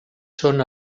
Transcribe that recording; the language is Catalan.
són